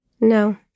No